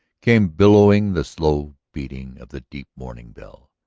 came billowing the slow beating of the deep mourning bell.